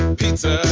pizza